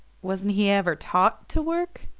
wasn't he ever taught to work?